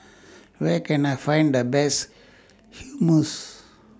Where Can I Find The Best Hummus